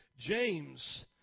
James